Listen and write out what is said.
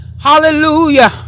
Hallelujah